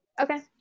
Okay